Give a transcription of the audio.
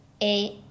eight